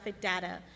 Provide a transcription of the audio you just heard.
data